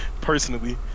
personally